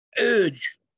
urge